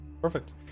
perfect